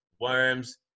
worms